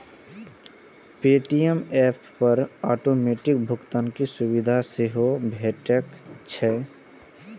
Paytm app पर automatic भुगतान के सुविधा सेहो भेटैत छैक